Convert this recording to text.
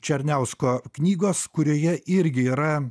černiausko knygos kurioje irgi yra